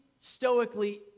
stoically